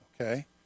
okay